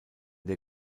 der